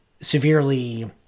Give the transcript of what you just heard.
severely